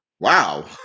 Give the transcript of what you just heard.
Wow